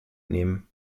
nehmen